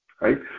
right